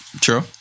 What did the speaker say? True